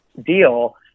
deal